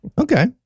Okay